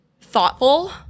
thoughtful